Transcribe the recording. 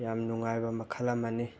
ꯌꯥꯝ ꯅꯨꯡꯉꯥꯏꯕ ꯃꯈꯜ ꯑꯃꯅꯤ